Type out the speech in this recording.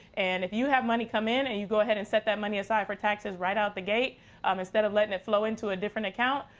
and if you have money come in and you go ahead and set that money aside for taxes right out of the gate um instead of letting it flow into a different account,